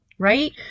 right